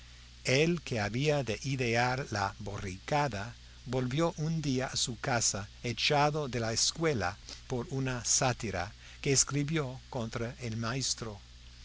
el que había de idear la borricada volvió un día a su casa echado de la escuela por una sátira que escribió contra el maestro